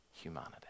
humanity